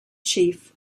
chief